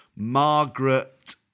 Margaret